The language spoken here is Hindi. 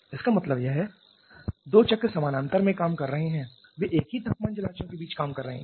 इसका मतलब यह दो चक्र समानांतर में काम कर रहे हैं वे एक ही तापमान जलाशयों के बीच काम कर रहे हैं